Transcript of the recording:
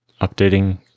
Updating